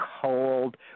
cold